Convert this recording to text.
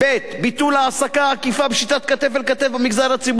ביטול העסקה עקיפה בשיטת כתף אל כתף במגזר הציבורי,